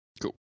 Cool